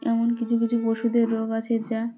এমন কিছু কিছু পশুদের রোগ আছে যা